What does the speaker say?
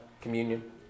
communion